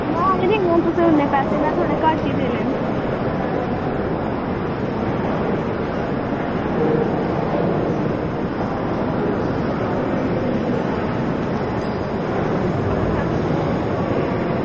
ना हैनी देने हैन तुसेंगी उन्ने पैसे तुसेंगी थोह्ड़े घट्ट ई देने न